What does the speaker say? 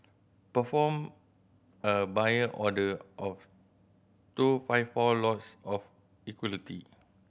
perform a Buy order of two five four lots of equity